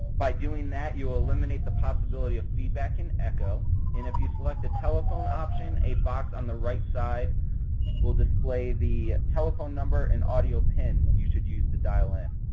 by doing that, you will eliminate the possibility of feedback and echo and if you selected telephone option, a box on the right side will display the telephone number and audio pin you should use to dial in.